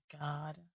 God